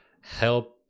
help